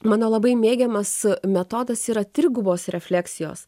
mano labai mėgiamas metodas yra trigubos refleksijos